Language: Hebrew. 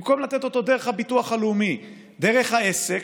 במקום לתת אותו דרך הביטוח הלאומי הייתי נותן דרך העסק,